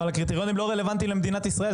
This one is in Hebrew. הקריטריונים לא רלוונטיים למדינת ישראל.